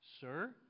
Sir